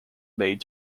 made